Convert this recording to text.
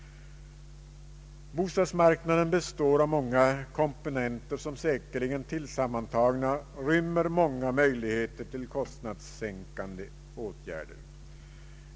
Bostadsmarknaden består av en rad komponenter som tillsammantagna säkerligen rymmer många möjligheter till kostnadssänkande åtgärder.